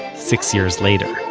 six years later.